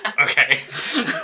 okay